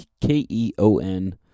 K-E-O-N